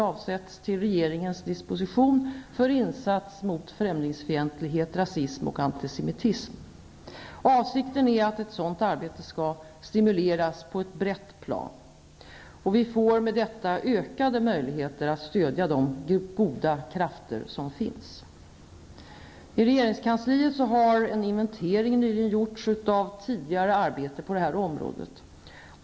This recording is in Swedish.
Avsikten är att stimulera ett sådant arbete på ett brett plan. Med detta får vi ökade möjligheter att stödja de goda krafter som finns. I regeringskansliet har nyligen en inventering gjorts av tidigare arbete på det här området.